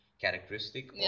characteristic